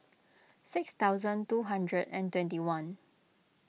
six thousand two hundred and twenty one